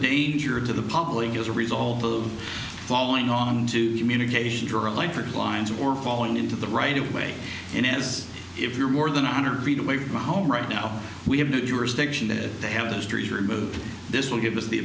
danger to the public as a result of following on to communications or electric lines or falling into the right of way and as if you're more than a hundred feet away from home right now we have new jurisdiction that they have the street removed this will give us the